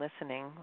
listening